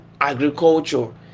agriculture